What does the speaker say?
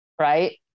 right